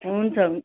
हुन्छ हुन्छ